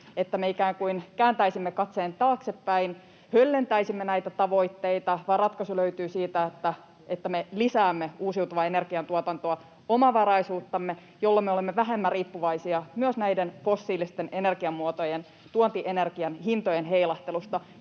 että me ikään kuin kääntäisimme katseen taaksepäin, höllentäisimme näitä tavoitteita, vaan ratkaisu löytyy siitä, että me lisäämme uusiutuvan energian tuotantoa, omavaraisuuttamme, jolloin me olemme vähemmän riippuvaisia myös näiden fossiilisten energiamuotojen tuontienergian hintojen heilahtelusta,